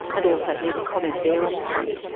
and also leave a comment there on this one.